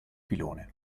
filone